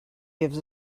gives